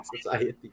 society